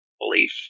belief